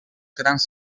grans